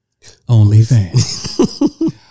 OnlyFans